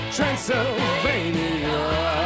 Transylvania